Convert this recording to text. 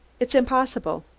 it's impossible!